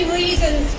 reasons